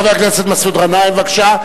חבר הכנסת מסעוד גנאים, בבקשה.